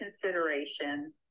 consideration